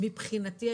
מבחינתי,